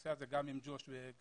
פעמים גם עם ג'וש.